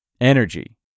energy